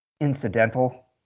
incidental